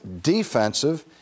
defensive